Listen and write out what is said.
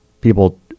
people